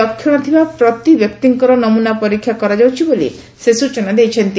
ଲକ୍ଷଣ ଥିବା ପ୍ରତି ବ୍ୟକ୍ତିଙ୍କର ନମୁନା ପରୀକ୍ଷା କରାଯାଉଛି ବୋଲି ସେ ସ୍ଚନା ଦେଇଛନ୍ତି